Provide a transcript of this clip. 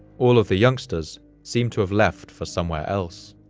all of the youngsters seem to have left for somewhere else.